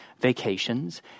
vacations